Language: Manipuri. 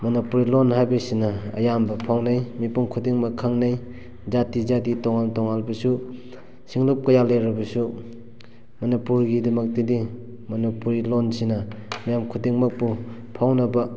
ꯃꯅꯤꯄꯨꯔ ꯂꯣꯟ ꯍꯥꯏꯕꯁꯤꯅ ꯑꯌꯥꯝꯕ ꯐꯥꯎꯅꯩ ꯃꯤꯄꯨꯝ ꯈꯨꯗꯤꯡꯃꯛ ꯈꯪꯅꯩ ꯖꯥꯇꯤ ꯖꯥꯇꯤ ꯇꯣꯉꯥꯟ ꯇꯣꯉꯥꯟꯂꯕꯁꯨ ꯁꯤꯡꯂꯨꯞ ꯀꯌꯥ ꯂꯩꯔꯕꯁꯨ ꯃꯅꯤꯄꯨꯔꯒꯤ ꯗꯃꯛꯇꯗꯤ ꯃꯅꯤꯄꯨꯔꯤ ꯂꯣꯟꯁꯤꯅ ꯃꯤꯌꯥꯝ ꯈꯨꯗꯤꯡꯃꯛꯄꯨ ꯐꯥꯎꯅꯕ